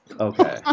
Okay